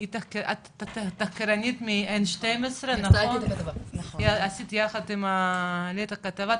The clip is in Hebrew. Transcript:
את תחקירנית מ- N12 ,עשית יחד עם לי את הכתבה,